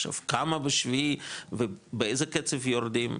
עכשיו כמה בשביעי ובאיזה קצב יורדים,